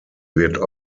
wird